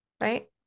right